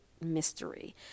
mystery